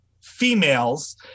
females